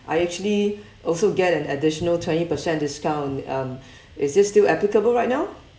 I actually also get an additional twenty percent discount um is it still applicable right now